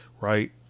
right